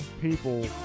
people